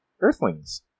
Earthlings